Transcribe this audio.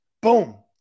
boom